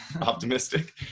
optimistic